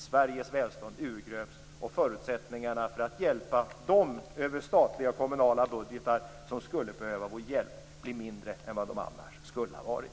Sveriges välstånd urgröps, och förutsättningarna för att över statliga och kommunala budgetar hjälpa dem som skulle behöva vår hjälp blir sämre än de annars skulle ha varit.